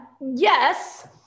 Yes